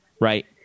right